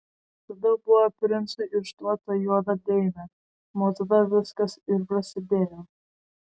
tada buvo princui išduota juoda dėmė nuo tada viskas ir prasidėjo